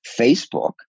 Facebook